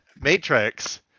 matrix